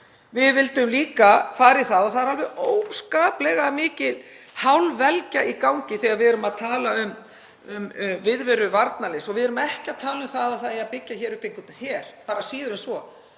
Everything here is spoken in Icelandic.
Við vildum líka fara í það — og það er alveg óskaplega mikil hálfvelgja í gangi þegar við erum að tala um viðveru varnarliðs. Við erum ekki að tala um að það eigi að byggja hér upp einhvern her, síður en svo.